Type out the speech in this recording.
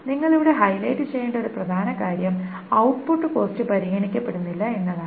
നിങ്ങൾ ഇവിടെ ഹൈലൈറ്റ് ചെയ്യേണ്ട ഒരു പ്രധാന കാര്യം ഔട്ട്പുട്ട് കോസ്റ്റ് പരിഗണിക്കപ്പെടുന്നില്ല എന്നതാണ്